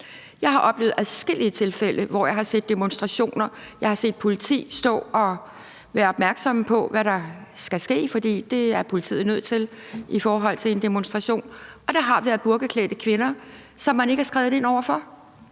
Jeg har oplevet adskillige tilfælde, hvor jeg har set demonstrationer, jeg har set politiet stå og være opmærksomme på, hvad der skal ske, for det er politiet nødt til i forhold til en demonstration, og der har været burkaklædte kvinder, som man ikke er skredet ind over for,